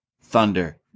Thunder